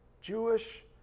Jewish